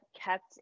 kept